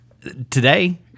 today